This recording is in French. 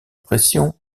pression